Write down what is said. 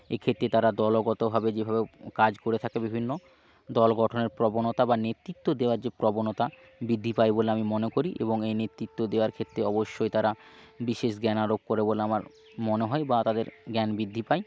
এই ক্ষেত্রে তারা দলগতভাবে যেভাবে কাজ করে থাকে বিভিন্ন দল গঠনের প্রবণতা বা নেতৃত্ব দেওয়ার যে প্রবণতা বৃদ্ধি পায় বলে আমি মনে করি এবং এই নেতৃত্ব দেওয়ার ক্ষেত্রে অবশ্যই তারা বিশেষ জ্ঞান আরোপ করে বলে আমার মনে হয় বা তাদের জ্ঞান বৃদ্ধি পায়